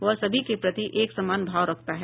वह सभी के प्रति एकसमान भाव रखता है